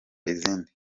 izindi